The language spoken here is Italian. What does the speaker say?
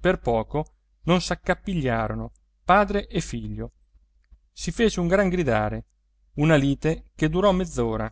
per poco non s'accapigliarono padre e figlio si fece un gran gridare una lite che durò mezz'ora